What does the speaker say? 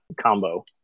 combo